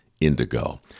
indigo